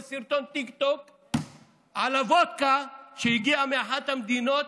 סרטון טיקטוק על הוודקה שהגיע מאחת המדינות,